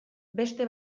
beste